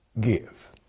give